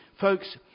folks